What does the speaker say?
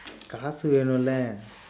காசு வேணுமுலெ:kaasu veenumule